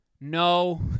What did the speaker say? No